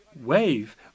wave